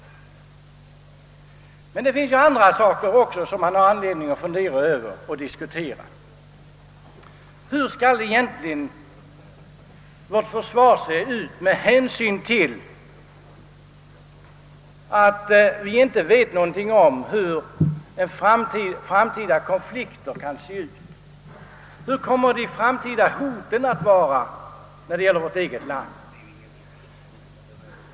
Det finns emellertid också andra saker som man har anledning att fundera över och diskutera. Hur skall egentligen vårt försvar se ut med hänsyn till att vi inte vet någonting om hur framtida konflikter kommer att gestalta sig? Vilka kommer de framtida hoten att vara för Sveriges del?